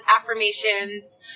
affirmations